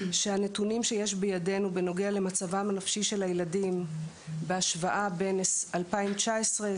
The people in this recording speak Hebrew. שהנתונים שיש בידינו בנוגע למצבם הנפשי של הילדים בהשוואה בין 2019,